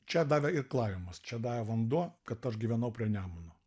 čia davė irklavimas čia davė vanduo kad aš gyvenau prie nemuno